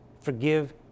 Forgive